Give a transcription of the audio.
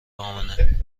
امنه